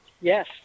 Yes